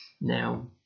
Now